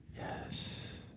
Yes